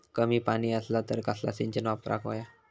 कमी पाणी असला तर कसला सिंचन वापराक होया?